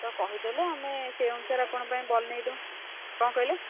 ତ କହି ଦେଲେ ଆମେ ସେହି ଅନୁସାରେ ଆପଣଙ୍କ ପାଇଁ ବନାଇ ଦେବୁ କ'ଣ କହିଲେ